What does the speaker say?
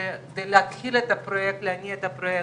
להשתמש בתחבורה הציבורית.